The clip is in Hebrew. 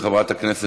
חברים,